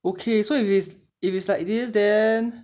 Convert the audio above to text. okay so if is if it's like this then